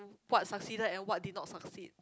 what succeeded and what did not succeed